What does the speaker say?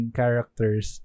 characters